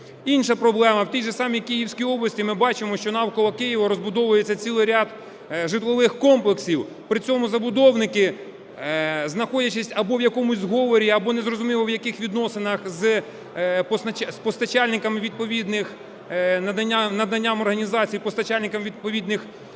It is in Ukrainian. Інша проблема. В тій же самій Київській області ми бачимо, що навколо Києва розбудовується цілий ряд житлових комплексів. При цьому забудовники, знаходячись або в якомусь зговорі, або незрозуміло, в яких відносинах з постачальниками відповідних надання організаціям, постачальниками відповідних послуг.